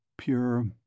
pure